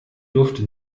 durfte